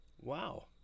Wow